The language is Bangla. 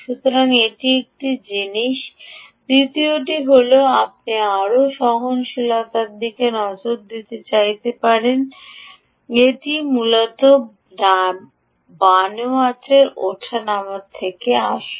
সুতরাং এটি একটি জিনিস দ্বিতীয়টি হল আপনি আবারও সহনশীলতার দিকে নজর দিতে চাইতে পারেন এটি মূলত fabrication এর ওঠানামা থেকে আসে